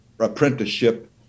apprenticeship